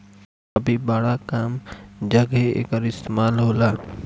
अभी बड़ा कम जघे एकर इस्तेमाल होला